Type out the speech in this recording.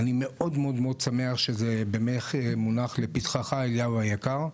אני מאוד מאוד שמח שזה מונח לפתחך, אליהו היקר.